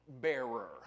bearer